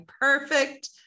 perfect